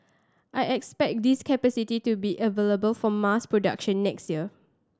I expect this capacity to be available for mass production next year